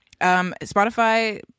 spotify